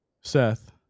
Seth